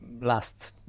last